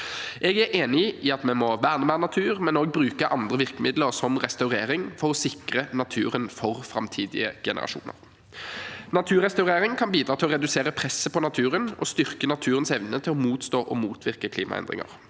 Jeg er enig i at vi må verne mer natur, men også bruke andre virkemidler, som restaurering, for å sikre naturen for framtidige generasjoner. Naturrestaurering kan bidra til å redusere presset på naturen og styrke naturens evne til å motstå og motvirke klimaendringer,